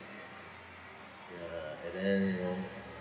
ya and then you know